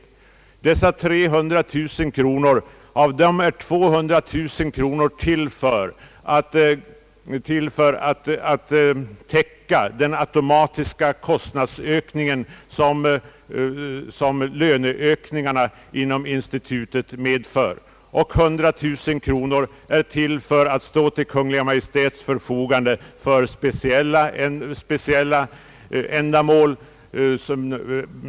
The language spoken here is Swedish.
Av dessa 300 000 kronor är 200000 kronor avsedda för att täcka den automatiska kostnadsökning som löneökningarna inom institutets fria del har medfört. 100 000 kronor är avsedda att stå till Kungl. Maj:ts förfogande för speciella ändamål.